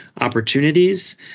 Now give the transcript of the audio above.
opportunities